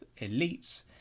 elites